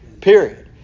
period